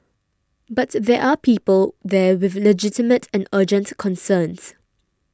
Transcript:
but there are people there with legitimate and urgent concerns